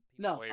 No